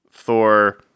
Thor